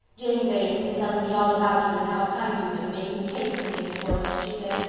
james a. has been telling me all about you and how kind you've been, making cakes and things for him, she said.